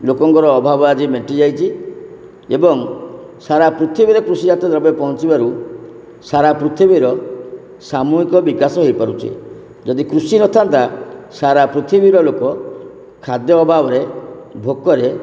ଲୋକଙ୍କର ଅଭାବ ଆଜି ମେଣ୍ଟି ଯାଇଛି ଏବଂ ସାରା ପୃଥିବୀରେ କୃଷି ଜାତ ଦ୍ରବ୍ୟ ପହଞ୍ଚିବାରୁ ସାରା ପୃଥିବୀର ସାମୁହିକ ବିକାଶ ହେଇପାରୁଛି ଯଦି କୃଷି ନ ଥାଆନ୍ତା ସାରା ପୃଥିବୀର ଲୋକ ଖାଦ୍ୟ ଅଭାବରେ ଭୋକରେ